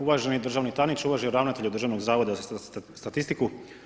Uvaženi državni tajniče Uvaženi ravnatelju Državnog zavoda za statistiku.